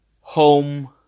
home